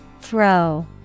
Throw